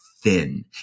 thin